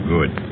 Good